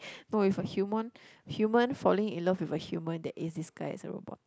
no if a human human falling in love with a human that is disguised as a robot